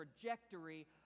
trajectory